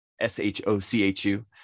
S-H-O-C-H-U